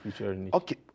Okay